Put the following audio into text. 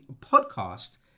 podcast